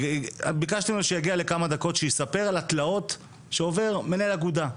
ביקשתי ממנו שיגיע לכמה דקות לספר על התלאות שעובר מנהל אגודה,